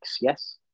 yes